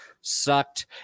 sucked